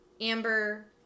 Amber